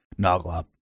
Noglop